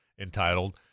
entitled